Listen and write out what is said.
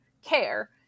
care